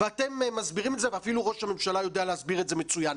ואתם מסבירים את זה ואפילו ראש הממשלה יודע להסביר את זה מצוין.